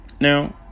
now